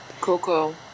Coco